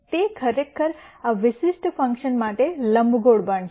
તે ખરેખર આ વિશિષ્ટ ફંક્શન માટે લંબગોળ બનશે